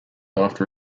after